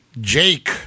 Jake